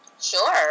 Sure